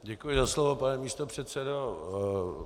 Děkuji za slovo, pane místopředsedo.